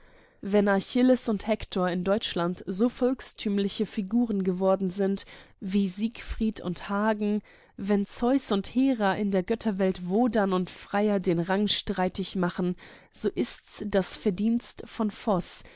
achilles und hektor in deutschland so volkstümliche figuren geworden sind wie siegfried und hagen wenn zeus und hera in der götterwelt wodan und freya den rang streitig machen so ist's das verdienst von